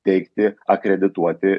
teikti akredituoti